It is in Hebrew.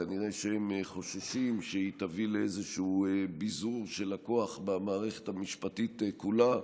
כנראה שהם חוששים שהיא תביא לאיזשהו ביזור של הכוח במערכת המשפטית כולה,